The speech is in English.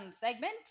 segment